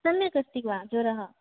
सम्यक् अस्ति वा ज्वरः